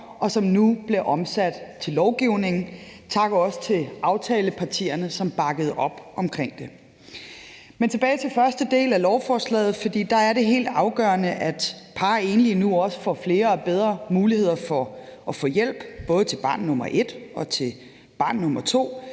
som nu bliver omsat til lovgivning. Tak også til aftalepartierne, som bakkede op omkring det. Men tilbage til første del af lovforslaget, for der er det helt afgørende, at par og enlige nu også får flere og bedre muligheder for at få hjælp, både til barn nummer et og til barn nummer to.